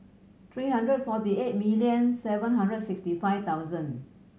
three hundred forty eight million seven hundred and sixty five thousand